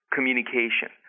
Communication